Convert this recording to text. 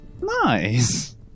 Nice